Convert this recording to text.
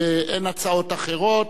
אין הצעות אחרות.